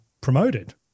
promoted